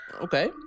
Okay